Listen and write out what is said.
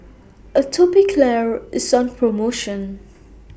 Atopiclair IS on promotion